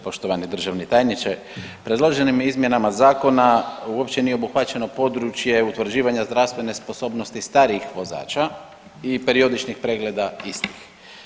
Poštovani državni tajniče, predloženim izmjenama zakona uopće nije obuhvaćeno područje utvrđivanja zdravstvene sposobnosti starijih vozača i periodičnih pregleda istih.